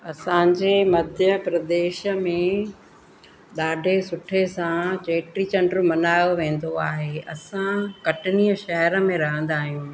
असांजे मध्य प्रदेश में ॾाढे सुठे सां चेटीचंडु मल्हायो वेंदो आहे असां कटनीअ शहर में रहंदा आहियूं